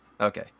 Okay